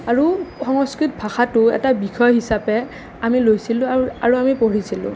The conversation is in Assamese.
আৰু সংস্কৃত ভাষাটো এটা বিষয় হিচাপে আমি লৈছিলোঁ আৰু আৰু আমি পঢ়িছিলোঁ